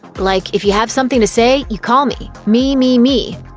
like, if you have something to say, you call me. me, me, me.